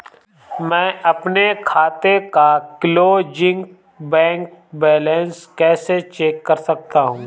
मैं अपने खाते का क्लोजिंग बैंक बैलेंस कैसे चेक कर सकता हूँ?